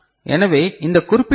எனவே இந்த குறிப்பிட்ட ஐ